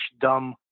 dumb